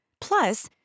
Plus